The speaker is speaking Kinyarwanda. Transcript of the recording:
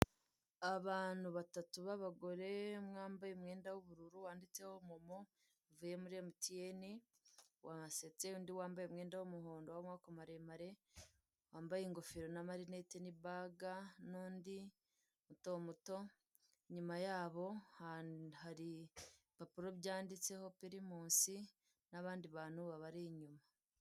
Inzu irimo ameza iriho igitambaro hariho isahani iriho ifoke n'agashyo gatoya n'abantu bahagaze hirya no hino bari mu kugura amaterefone n'intebe ziri iruhande rw'ayo meza, n'ameza ariho igitambaro cy'umweru n'ayandi ariho igitambaro cy'umutuku.